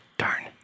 darn